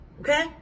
Okay